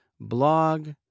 blog